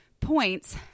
points